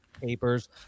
papers